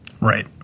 Right